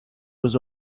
was